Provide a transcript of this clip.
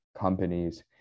companies